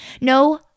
No